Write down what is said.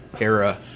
era